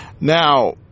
Now